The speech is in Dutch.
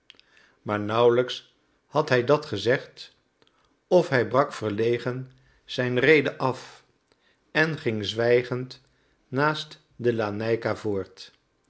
maar nauwelijks had hij dat gezegd of hij brak verlegen zijn rede af en ging zwijgend naast de laneika voort